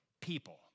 people